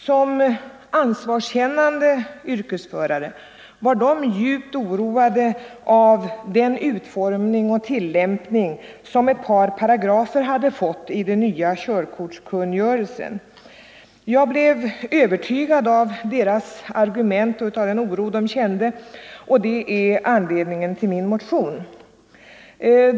Som ansvarskännande yrkesförare var de djupt oroade av den utformning och tillämpning som ett par paragrafer hade fått i den nya körkortskungörelsen. Jag blev övertygad av deras argument och av den oro de kände, och det är anledningen till min motion.